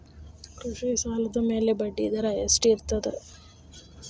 ಕೃಷಿ ಸಾಲದ ಮ್ಯಾಲೆ ಬಡ್ಡಿದರಾ ಎಷ್ಟ ಇರ್ತದ?